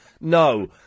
No